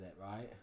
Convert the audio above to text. right